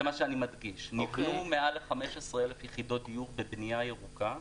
זה מה שאני מדגיש: נבנו מעל ל-15,000 יחידות דיור בבנייה ירוקה,